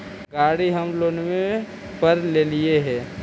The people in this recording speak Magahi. गाड़ी हम लोनवे पर लेलिऐ हे?